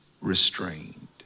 restrained